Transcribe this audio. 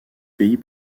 pays